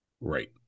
Right